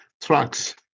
trucks